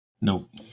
Nope